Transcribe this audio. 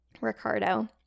Ricardo